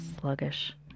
sluggish